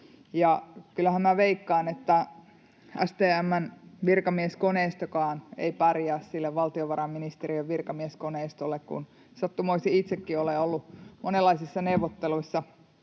kyllähän minä veikkaan, että STM:n virkamieskoneistokaan ei pärjää sille valtiovarainministeriön virkamieskoneistolle, kun sattumoisin itsekin olen ollut monenlaisissa neuvotteluissa